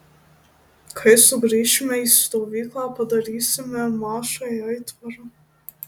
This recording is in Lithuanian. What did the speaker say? kai sugrįšime į stovyklą padarysime mašai aitvarą